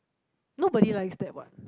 nobody likes that what